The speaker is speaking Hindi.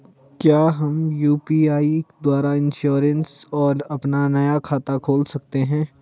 क्या हम यु.पी.आई द्वारा इन्श्योरेंस और अपना नया खाता खोल सकते हैं?